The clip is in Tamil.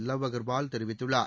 லாவ் அகர்வால் தெரிவித்துள்ளார்